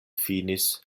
finis